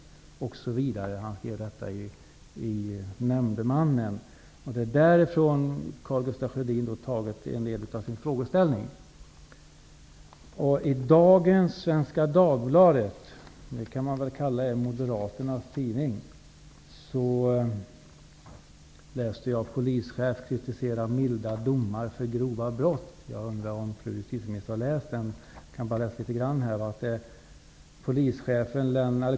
Han skrev detta i Nämndemannen. Det är därifrån Karl Gustaf Sjödin hämtat en del av sin frågeställning. I dagens Svenska Dagbladet -- man kan väl säga att det är Moderaternas tidning -- läste jag att en polischef kritiserar milda domar för grova brott. Jag undrar om fru justitieministern har läst detta. Jag kan läsa litet grand här.